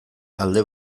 alde